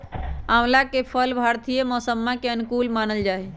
आंवला के फल भारतीय मौसम्मा के अनुकूल मानल जाहई